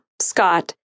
Scott